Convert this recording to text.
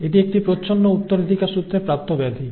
এটি একটি প্রচ্ছন্ন উত্তরাধিকারসূত্রে প্রাপ্ত ব্যাধি